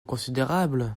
considérable